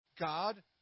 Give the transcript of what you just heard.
God